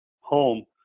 home